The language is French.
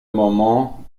moment